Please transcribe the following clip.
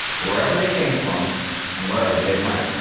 wherever they came from and wherever they went.